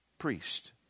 Priest